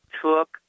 took